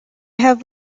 have